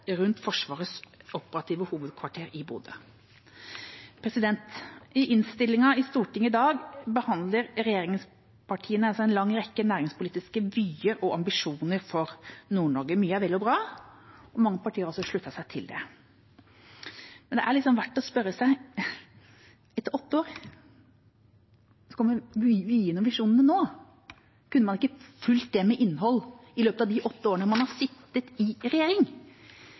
rundt Forsvarets operative hovedkvarter i Bodø. I innstillingen i Stortinget i dag behandler regjeringspartiene altså en lang rekke næringspolitiske vyer og ambisjoner for Nord-Norge. Mye er vel og bra. Mange partier har også sluttet seg til det, men det er verdt å spørre seg: Etter åtte år – og så kommer vyene og visjonene nå? Kunne man ikke fylt det med innhold i løpet av de åtte årene man har sittet i regjering?